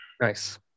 Nice